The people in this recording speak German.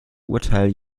urteil